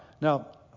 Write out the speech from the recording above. Now